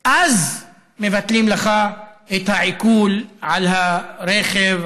אז מבטלים לך את העיקול על הרכב,